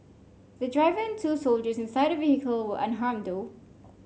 the driver and two soldiers inside the vehicle were unharmed though